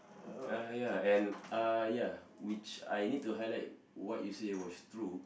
uh ya and uh ya which I need to highlight what you said was true